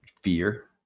fear